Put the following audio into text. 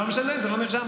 לא משנה, זה לא נרשם.